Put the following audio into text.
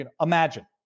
imagine